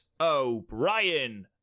O'Brien